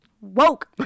Woke